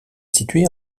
située